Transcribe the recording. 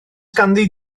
ganddi